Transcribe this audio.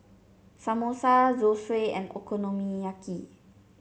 Samosa Zosui and Okonomiyaki